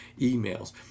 emails